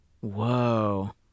Whoa